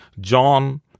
John